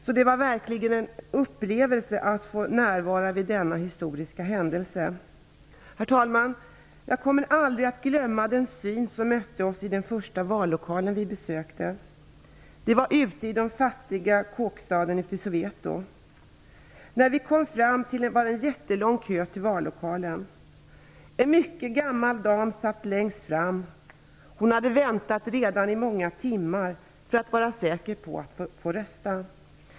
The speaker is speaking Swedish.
Det var därför verkligen en upplevelse att få närvara vid denna historiska händelse. Herr talman! Jag kommer aldrig att glömma den syn som mötte oss i den första vallokalen vi besökte. Det var ute i den fattiga kåkstaden i Soweto. När vi kom fram dit var det en jättelång kö till vallokalen. En mycket gammal dam satt längst fram. Hon hade redan väntat i många timmar för att vara säker på att få rösta.